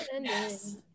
Yes